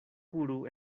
kuru